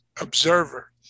Observer